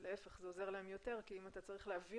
זה עוזר להם יותר כי אם אתה צריך להביא